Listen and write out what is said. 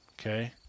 Okay